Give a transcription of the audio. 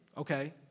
Okay